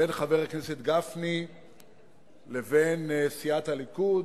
בין חבר הכנסת גפני לבין סיעת הליכוד.